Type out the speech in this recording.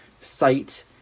site